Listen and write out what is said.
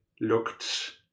looked